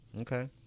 okay